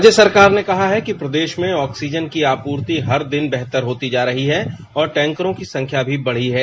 राज्य सरकार ने कहा है की प्रदेश में ऑक्सीजन की आपूर्ति हर दिन बेहतर होती जा रही है और टैंकरों की संख्या भी बढ़ी है